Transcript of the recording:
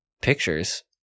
pictures